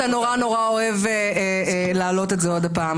מאחר שאתה נורא-נורא אוהב להעלות את זה עוד פעם,